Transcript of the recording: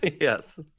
yes